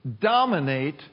dominate